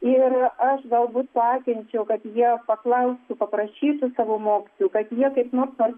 ir aš galbūt paakinčiau o kad jie paklaustų paprašytų savo mokytojų kad jie kaip nors tuos